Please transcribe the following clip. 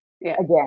again